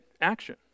action